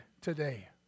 today